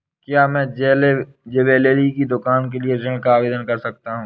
क्या मैं ज्वैलरी की दुकान के लिए ऋण का आवेदन कर सकता हूँ?